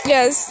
Yes